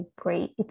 great